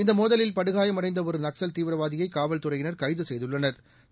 இந்தமோதலில் படுகாயமடைந்தஒருநக்சல் தீவிரவாதியைகாவல்துறையினா் கைதுசெய்துள்ளனா்